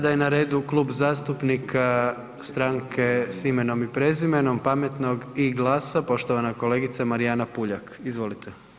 Sada je na redu Klub zastupnika Stranke s imenom i prezimenom, pametnog i GLAS-a, poštovana kolegica Marijana Puljak, izvolite.